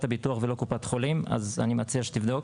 הביטוח ולא קופת חולים אז אני מציע שתבדוק.